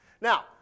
Now